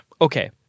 okay